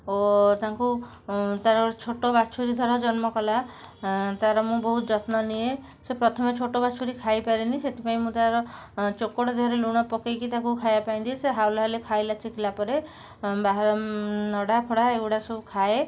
ଓ ତାଙ୍କୁ ତା'ର ଛୋଟବାଛୁରୀ ଧର ଜନ୍ମ କଲା ତା'ର ମୁଁ ବହୁତ ଯତ୍ନ ନିଏ ସେ ପ୍ରଥମେ ଛୋଟବାଛୁରୀ ଖାଇପାରେନି ସେଥିପାଇଁ ମୁଁ ତା'ର ଚୋକଡ଼ ଦେହରେ ଲୁଣ ପକାଇକି ତାକୁ ଖାଇବା ପାଇଁ ଦିଏ ସିଏ ହାଉଲେ ହାଉଲେ ଖାଇ ଶିଖିଲା ପରେ ବାହାର ନଡ଼ା ଫଡ଼ା ଏଗୁଡ଼ା ସବୁ ଖାଏ